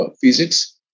physics